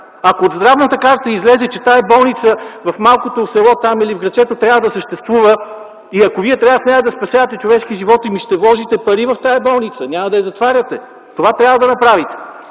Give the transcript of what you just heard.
Ако от здравната карта излезе, че болницата в малкото село или в градчето трябва да съществува и ако вие трябва да спасявате човешки живот, ще вложите пари в тази болница, няма да я затваряте. Това трябва да направите!